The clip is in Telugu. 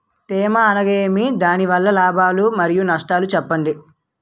తేమ అనగానేమి? దాని వల్ల లాభాలు మరియు నష్టాలను చెప్పండి?